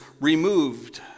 removed